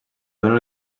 dóna